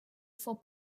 for